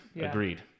agreed